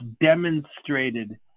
demonstrated